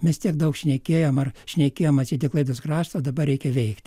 mes tiek daug šnekėjom ar šnekėjom atsieti apie klaipėdos kraštą o dabar reikia veikti